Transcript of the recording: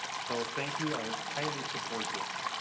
so thank you. i highly support this.